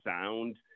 sound